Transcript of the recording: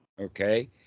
okay